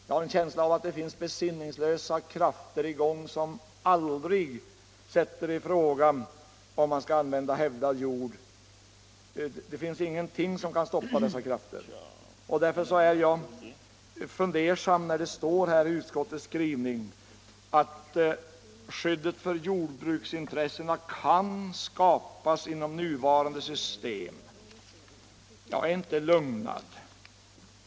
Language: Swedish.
Jag har en känsla av att det finns besinningslösa krafter i gång, som aldrig sätter i fråga om man skall använda hävdad jord. Det finns ingenting som kan stoppa dessa krafter. Därför är jag fundersam när det står här i utskottets skrivning att ”ett skydd för jordbruksintressena kan skapas inom nuvarande system”. Jag är inte lugnad.